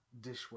dishware